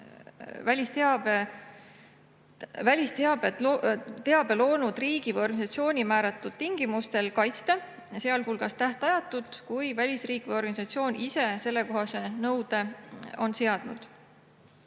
välisteabe loonud riigi või organisatsiooni määratud tingimustel kaitsta, sealhulgas tähtajatult, kui välisriik või organisatsioon ise sellekohase nõude on seadnud.